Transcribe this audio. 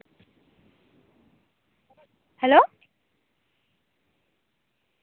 hello